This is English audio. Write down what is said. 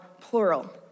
plural